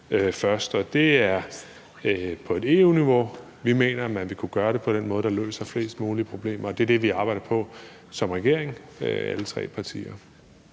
det er på EU-niveau, vi mener man vil kunne gøre det på den måde, der løser flest mulige problemer. Det er det, alle tre partier